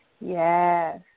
Yes